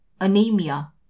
anemia